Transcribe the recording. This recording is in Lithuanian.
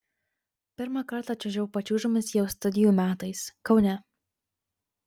pirmą kartą čiuožiau pačiūžomis jau studijų metais kaune